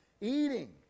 Eating